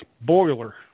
boiler